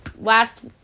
Last